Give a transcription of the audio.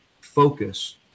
focus